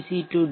C D